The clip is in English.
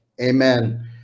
Amen